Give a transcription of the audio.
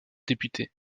députés